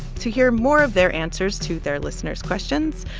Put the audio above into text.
to hear more of their answers to their listeners' questions,